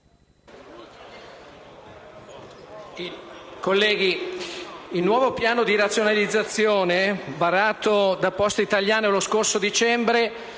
colleghi, il nuovo piano di razionalizzazione varato da Poste italiane lo scorso dicembre